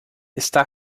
está